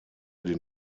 den